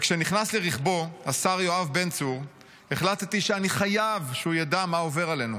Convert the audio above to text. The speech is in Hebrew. וכשנכנס לרכבו השר יואב בן צור החלטתי שאני חייב שידע מה עובר עלינו.